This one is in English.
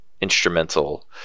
instrumental